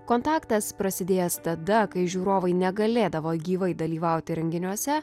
kontaktas prasidėjęs tada kai žiūrovai negalėdavo gyvai dalyvauti renginiuose